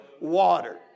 water